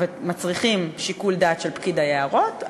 ומצריכים שיקול דעת של פקיד היערות,